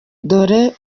dore